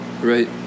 Right